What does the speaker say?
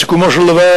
בסיכומו של דבר,